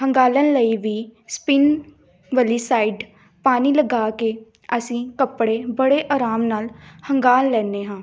ਹੰਘਾਲਣ ਲਈ ਵੀ ਸਪਿਨ ਵਾਲੀ ਸਾਈਡ ਪਾਣੀ ਲਗਾ ਕੇ ਅਸੀਂ ਕੱਪੜੇ ਬੜੇ ਅਰਾਮ ਨਾਲ ਹੰਘਾਲ ਲੈਂਦੇ ਹਾਂ